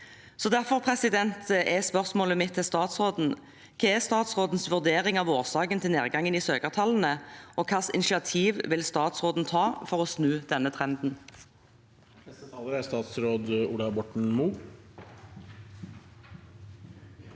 Derfor er spørsmålet mitt til statsråden: Hva er statsrådens vurdering av årsaken til nedgangen i søkertallene, og hvilke initiativ vil statsråden ta for å snu denne trenden?